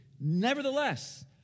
Nevertheless